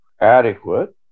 adequate